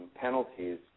penalties